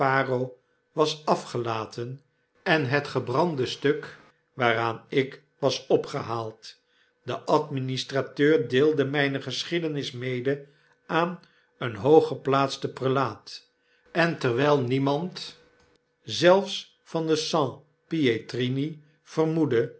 was afgelaten en het gebrande stuk waaraan ik was opgehaald de administrateur deelde myne geschiedenis mede aan een hoogfeplaatst prelaat en terwijl niemand zelfs van e sanpietrini vermoedde